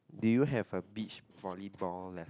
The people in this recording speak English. do you have a beach volleyball lesson